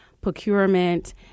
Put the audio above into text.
procurement